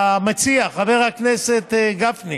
המציע, חבר הכנסת גפני,